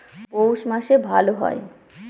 পৌষ মাসে ভালো হয়?